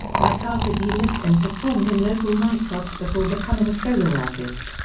mauto'atasi lived and performed in local nightclubs before becoming a solo artist.